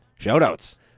Shoutouts